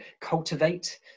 cultivate